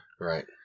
Right